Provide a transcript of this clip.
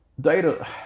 Data